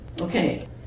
okay